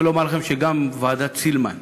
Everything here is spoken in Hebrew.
אני רוצה לומר לכם שגם ועדת סילמן,